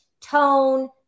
tone